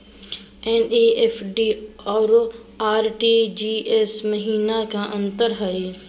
NEFT अरु RTGS महिना का अंतर हई?